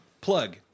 Plug